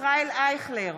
ישראל אייכלר,